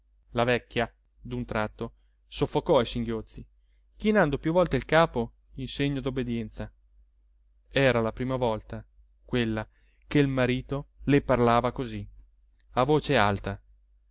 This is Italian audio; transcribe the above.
la vecchia d'un tratto soffocò i singhiozzi chinando più volte il capo in segno d'obbedienza era la prima volta quella che il marito le parlava così a voce alta